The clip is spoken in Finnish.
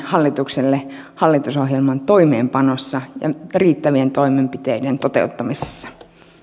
hallitukselle hallitusohjelman toimeenpanossa ja riittävien toimenpiteiden toteuttamisessa